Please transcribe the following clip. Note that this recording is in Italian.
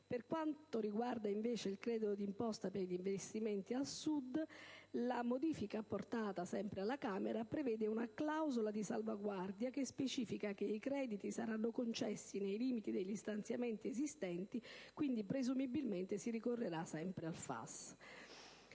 Per quanto riguarda invece il credito d'imposta per gli investimenti al Sud, la modifica apportata dalla Camera prevede una clausola di salvaguardia che specifica che i crediti saranno concessi nei limiti degli stanziamenti esistenti; quindi, presumibilmente si ricorrerà sempre al FAS.